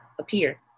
appear